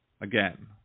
again